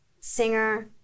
singer